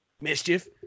Mischief